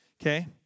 okay